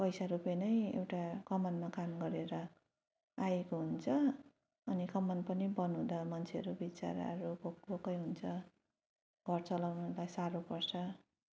पैसा रुपे नै एउटा कमानमा काम गरेर आएको हुन्छ अनि कमान पनि बन्द हुँदा मान्छेहरू बिचराहरू भोक भोकै हुन्छ घर चलाउनलाई साह्रो पर्छ